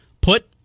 put